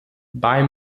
bei